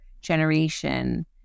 generation